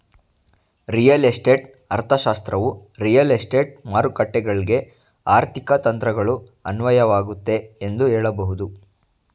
real estate ಅರ್ಥಶಾಸ್ತ್ರವು real estate ಮಾರುಕಟ್ಟೆಗಳ್ಗೆ ಆರ್ಥಿಕ ತಂತ್ರಗಳು ಅನ್ವಯವಾಗುತ್ತೆ ಎಂದು ಹೇಳಬಹುದು